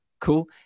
cool